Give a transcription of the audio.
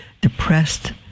depressed